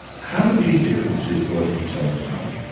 how do these differences work themselves out?